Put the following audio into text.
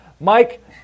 Mike